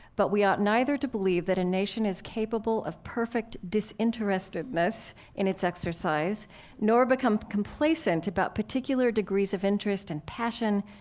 but we ought neither to believe a nation is capable of perfect disinterestedness in its exercise nor become complacent about particular degrees of interest and passion,